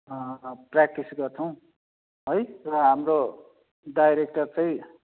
practice गर्छौँ है र हाम्रो डाइरेक्टर चाहिँ